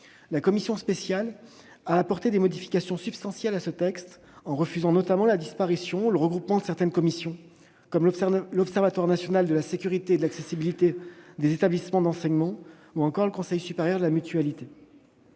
la commission spéciale a apporté des modifications substantielles au texte, en refusant notamment la disparition ou le regroupement de certaines commissions, comme l'Observatoire national de la sécurité et de l'accessibilité des établissements d'enseignement ou le Conseil supérieur de la mutualité.